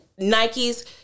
nikes